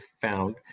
found